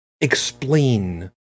explain